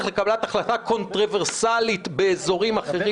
לקבלת החלטה קונטרוברסלית באזורים אחרים,